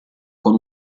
con